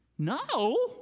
no